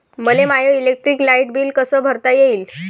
मले my electric light bill कस भरता येईल?